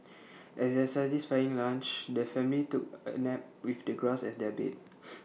as their satisfying lunch the family took A nap with the grass as their bed